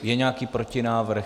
Je nějaký protinávrh?